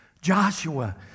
joshua